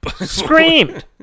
screamed